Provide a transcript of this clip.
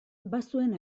bazuen